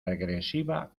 regresiva